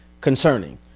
concerning